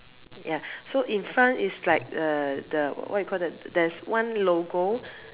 ya so in front is like err the what you call that there's one logo